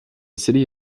city